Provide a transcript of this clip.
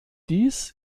dies